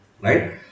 Right